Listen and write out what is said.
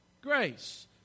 grace